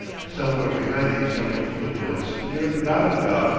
somewhere behind these emerald foot-hills, near gadamgah,